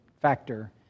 factor